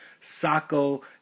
Sako